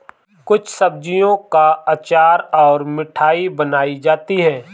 कुछ सब्जियों का अचार और मिठाई बनाई जाती है